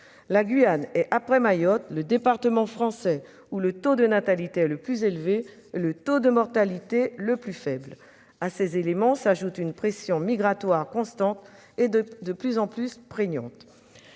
La Guyane est, après Mayotte, le département français dans lequel le taux de natalité est le plus élevé et le taux de mortalité le plus faible. À ces éléments, s'ajoute une pression migratoire constante et de plus en plus prégnante.